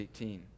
18